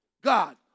God